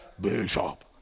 bishop